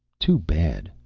too bad.